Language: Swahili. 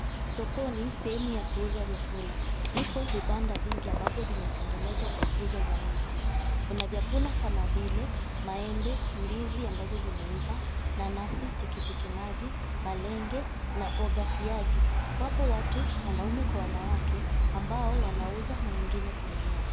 Sokoni sehemu ya kuuza vyakula vipo vibanda vingi ambavyo vimetengenezwa kwa nguzo za miti. Kuna vyakula kama vile maembe, ndizi ambazo zimeiva, nanasi, tikitiki maji, malenge na mboga siagi. Wapo watu, wanaume kwa wanawake, ambao wanauza na wengine kununua.